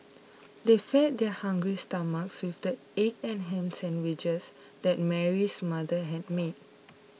they fed their hungry stomachs with the egg and ham sandwiches that Mary's mother had made